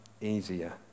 easier